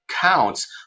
counts